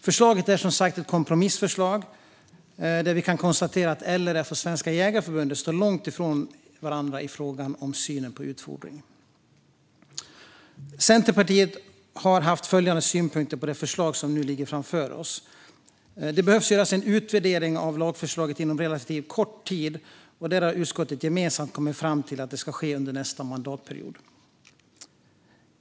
Förslaget är som sagt ett kompromissförslag där vi kan konstatera att LRF och Svenska Jägareförbundet står långt ifrån varandra i frågan om synen på utfodring. Centerpartiet har haft följande synpunkter på det förslag som nu ligger framför oss. Det behöver göras en utvärdering av lagförslaget inom relativt kort tid. Där har utskottet gemensamt kommit fram till att det ska ske under nästa mandatperiod.